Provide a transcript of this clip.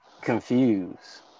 Confused